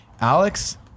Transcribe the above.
Alex